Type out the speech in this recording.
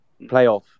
playoff